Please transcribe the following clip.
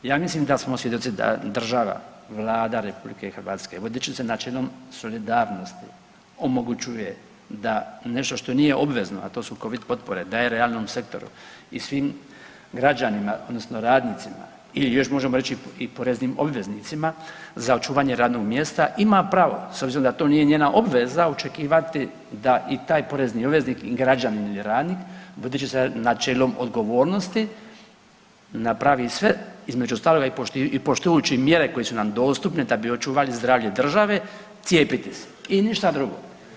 Ja mislim da smo svjedoci da država, Vlada RH vodeći se načinom solidarnosti omogućuje da nešto što nije obvezno, a to su Covid potpore daje realnom sektoru i svim građanima odnosno radnicima ili još možemo reći i poreznim obveznicima za očuvanje radnog mjesta ima pravo s obzirom da to nije njena obveza očekivati da i taj porezni obveznik i građanin ili radnik vodeći se načelom odgovornosti napravi sve između ostaloga i poštujući mjere koje su nam dostupne da bi očuvali zdravlja države, cijepiti se i ništa drugo.